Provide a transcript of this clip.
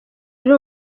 yari